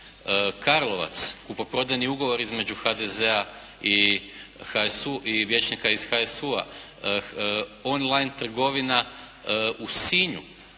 Karlovac, kupoprodajni ugovor između HDZ-a i HSU i vijećnika iz HSU-a «on line» trgovina u Sinju